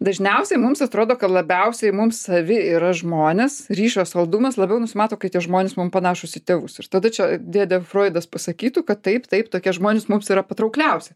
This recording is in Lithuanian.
dažniausiai mums atrodo kad labiausiai mums savi yra žmonės ryšio saldumas labiau nusimato kai tie žmonės mum panašūs į tėvus ir tada čia dėdė froidas pasakytų kad taip taip tokie žmonės mums yra patraukliausi